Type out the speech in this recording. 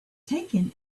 taken